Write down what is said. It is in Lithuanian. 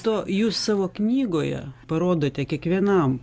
to jūs savo knygoje parodote kiekvienam